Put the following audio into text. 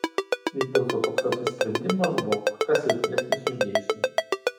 vis dėlto toks apsisprendimas buvo kur kas silpnesnis už geismą